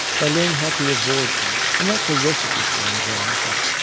they learn how to avoid them, and that's a recipe for anxiety.